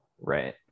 right